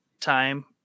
time